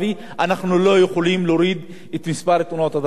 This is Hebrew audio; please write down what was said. אמרתי, קרוב ל-390 הרוגים היו בשנה שעברה.